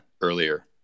earlier